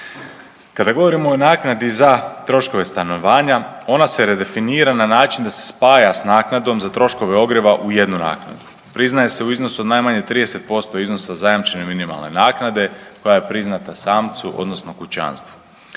Kada govorimo o naknadi za troškove stanovanja, onda se redefinira na način da se spaja s naknadom za troškove ogrijeva u jednu naknadu. Priznaje se u iznosu od najmanje 30% iznosa zajamčene minimalne naknade koja je priznata samcu, odnosno kućanstvu.